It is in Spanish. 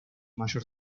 mayor